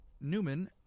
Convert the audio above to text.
newman